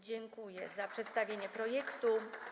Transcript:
Dziękuję za przedstawienie projektu.